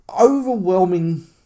overwhelming